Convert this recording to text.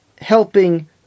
helping